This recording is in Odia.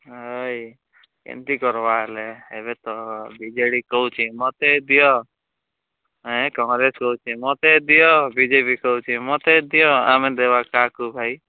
ହଏ କେନ୍ତି କର୍ବା ହେଲେ ଏବେ ତ ବି ଜେ ଡ଼ି କହୁଚେ ମୋତେ ଦିଅ ହେଁ କହରେ ଶୁଣୁଛେ ମୋତେ ଦିଅ ବି ଜେ ପି କହୁଛେ ମୋତେ ଦିଅ ଆମେ ଦେବା କାହାକୁ ଭାଇ